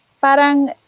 parang